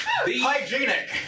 Hygienic